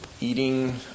eating